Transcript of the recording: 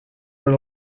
per